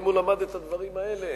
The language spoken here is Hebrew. אם הוא למד את הדברים האלה,